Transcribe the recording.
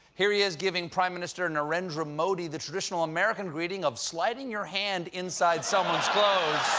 here he is giving prime minister narendra modi the traditional american greeting of sliding your hand inside someone's clothes.